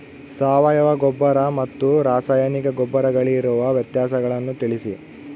ಸಾವಯವ ಗೊಬ್ಬರ ಮತ್ತು ರಾಸಾಯನಿಕ ಗೊಬ್ಬರಗಳಿಗಿರುವ ವ್ಯತ್ಯಾಸಗಳನ್ನು ತಿಳಿಸಿ?